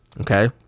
Okay